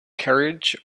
carriage